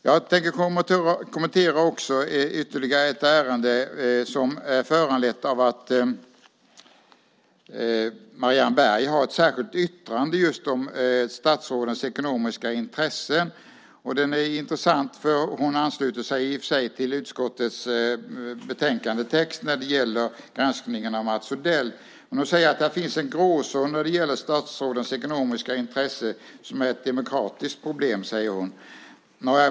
Jag tänker också kommentera ett ärende som är föranlett av att Marianne Berg har ett särskilt yttrande om just statsrådens ekonomiska intressen. Det är intressant. Hon ansluter sig i och för sig till utskottets betänkandetext när det gäller granskningen av Mats Odell. Men hon säger att det finns en gråzon när det gäller statsrådens ekonomiska intressen som är ett demokratiskt problem.